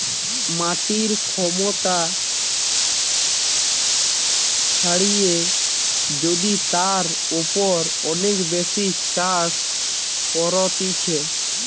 মাটির ক্ষমতা ছাড়িয়ে যদি তার উপর অনেক বেশি চাষ করতিছে